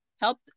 help